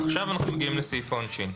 עכשיו אנחנו מגיעים לסעיף העונשין.